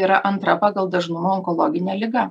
yra antra pagal dažnumą onkologinė liga